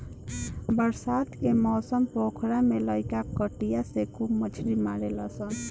बरसात के मौसम पोखरा में लईका कटिया से खूब मछली मारेलसन